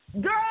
girl